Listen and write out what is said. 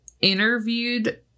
interviewed